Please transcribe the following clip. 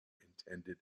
intended